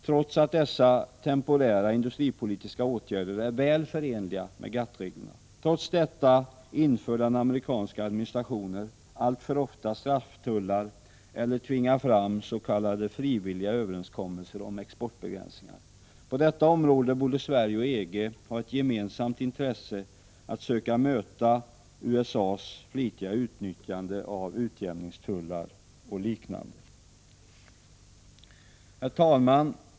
Trots att dessa temporära industripolitiska åtgärder är väl förenliga med GATT-reglerna inför den amerikanska administrationen alltför ofta strafftullar eller tvingar fram s.k. frivilliga överenskommelser om exportbegränsningar. På detta område borde Sverige och EG ha ett gemensamt intresse att söka möta USA:s flitiga utnyttjande av utjämningstullar och liknande. Herr talman!